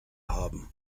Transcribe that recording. haben